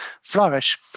flourish